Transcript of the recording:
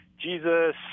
Jesus